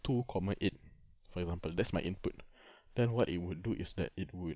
two comma eight for example that's my input then what it would do is that it would